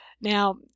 Now